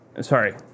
Sorry